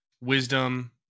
wisdom